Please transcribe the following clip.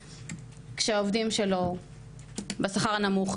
מיליון ₪ וזה בזמן שהעובדים שלו עובדים ומרוויחים שכר הנמוך.